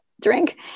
drink